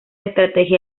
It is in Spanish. estrategia